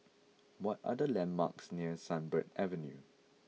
what are the landmarks near Sunbird Avenue